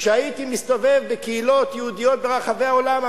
כשהסתובבתי בקהילות יהודיות ברחבי העולם,